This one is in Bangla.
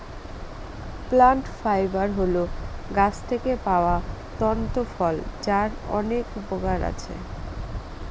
প্লান্ট ফাইবার হল গাছ থেকে পাওয়া তন্তু ফল যার অনেক উপকরণ আছে